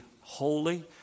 holy